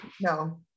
No